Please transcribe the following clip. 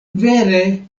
vere